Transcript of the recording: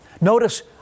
Notice